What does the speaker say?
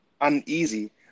uneasy